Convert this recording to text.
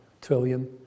trillion